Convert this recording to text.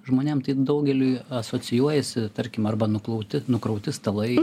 žmonėm tai daugeliui asocijuojasi tarkim arba nuplauti nukrauti stalai